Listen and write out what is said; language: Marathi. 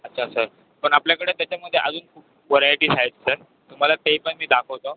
अच्छा सर पण आपल्याकडे त्याच्यामध्ये अजून व्हरायटीज आहेत सर तुम्हाला ते पण मी दाखवतो